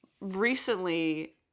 recently